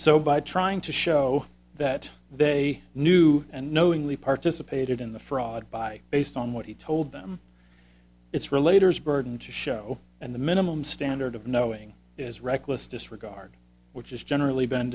so by trying to show that they knew and knowingly participated in the fraud by based on what he told them it's related his burden to show and the minimum standard of knowing is reckless disregard which is generally been